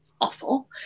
awful